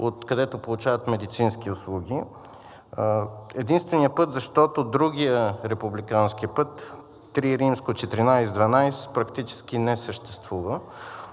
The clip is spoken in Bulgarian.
откъдето получават медицински услуги. Единственият път, защото другият републикански път – III-1412, практически не съществува.